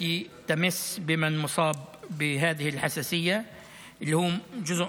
לקניית מזונות האלה שהם ללא גלוטן,